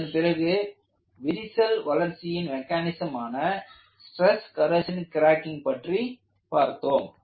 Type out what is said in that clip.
அதன் பிறகு விரிசல் வளர்ச்சியின் மெக்கானிசமான ஸ்டிரஸ் கொரோஸின் கிராக்கிங் பற்றி பார்த்தோம்